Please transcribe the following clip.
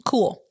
Cool